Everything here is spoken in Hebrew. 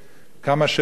כמה שאפשר,